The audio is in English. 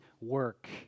work